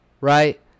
right